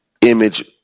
image